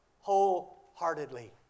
wholeheartedly